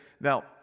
Now